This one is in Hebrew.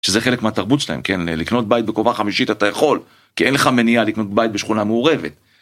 שזה חלק מהתרבות שלהם, כן? לקנות בית בקומה חמישית אתה יכול, כי אין לך מניעה לקנות בית בשכונה מעורבת.